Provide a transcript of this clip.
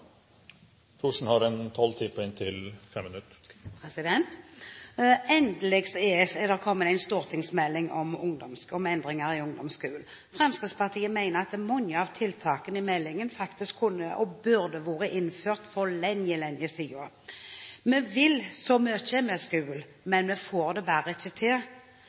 det kommet en stortingsmelding om endringer i ungdomsskolen. Fremskrittspartiet mener at mange av tiltakene i meldingen kunne og burde vært innført for lenge, lenge siden. Vi vil så mye med skolen, men vi får det bare ikke til.